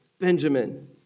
Benjamin